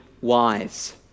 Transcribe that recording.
wise